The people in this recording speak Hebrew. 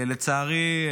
לצערי,